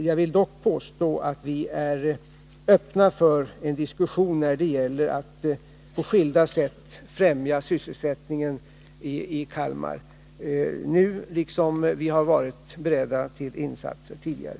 Jag vill dock påstå att vi nu är öppna för en diskussion när det gäller att på skilda sätt främja sysselsättningen i Kalmar liksom vi har varit beredda till insatser tidigare.